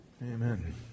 Amen